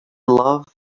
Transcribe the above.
love